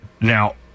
now